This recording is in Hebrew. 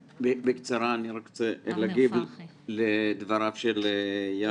בקצרה, אני רק רוצה להגיב לדבריו של יעקב.